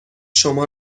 شما